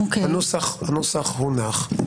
הנוסח הונח,